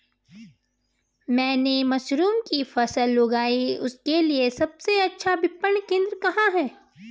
मैंने मशरूम की फसल उगाई इसके लिये सबसे अच्छा विपणन केंद्र कहाँ है?